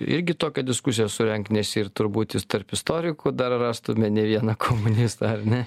irgi tokią diskusiją surengt nes ir turbūt ir tarp istorikų dar rastume ne vieną komunistą ar ne